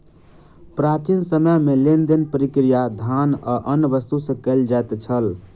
प्राचीन समय में लेन देन प्रक्रिया धान आ अन्य वस्तु से कयल जाइत छल